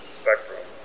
spectrum